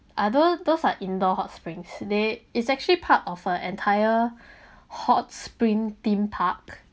ah those those are indoor hot springs they it's actually part of a entire hot spring theme park